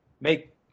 make